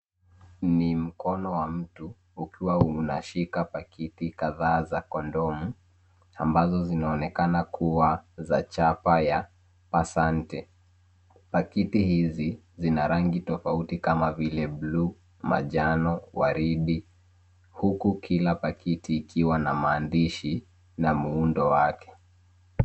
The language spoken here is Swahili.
Ni mkono wa mtu ukiwa unashika pakiti kadhaa za kondomu ambazo zinaonekana kuwa za chapa ya Pasante. Pakiti hizi zina rangi tofauti kama vile bluu, majano, waridi huku kila pakiti ikiwa na maandishi na muundo wake.